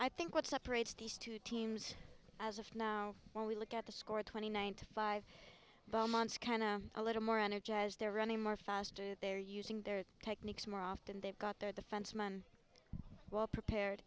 i think what separates these two teams as of now when we look at the score twenty nine to five belmont's kind of a little more energy as they're running more faster they're using their techniques more often they've got their the fence man well prepared